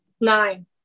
Nine